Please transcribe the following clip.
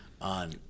on